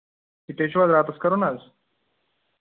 سِٹے چھُو حظ راتس کَرُن حظ